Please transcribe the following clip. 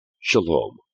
Shalom